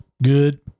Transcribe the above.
good